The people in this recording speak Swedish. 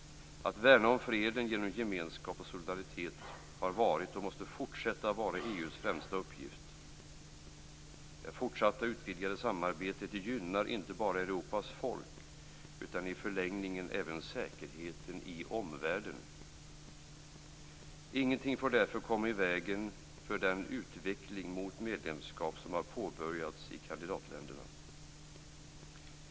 Att värna freden genom gemenskap och solidaritet har varit, och måste fortsätta att vara, EU:s främsta uppgift. Det fortsatta och utvidgade samarbetet gynnar inte bara Europas folk, utan i förlängningen även säkerheten i omvärlden. Ingenting får därför komma i vägen för den utveckling mot medlemskap som har påbörjats i kandidatländerna.